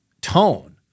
tone